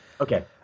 Okay